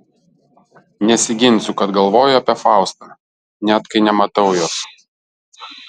nesiginsiu kad galvoju apie faustą net kai nematau jos